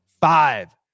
five